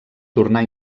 tornar